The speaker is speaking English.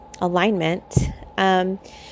alignment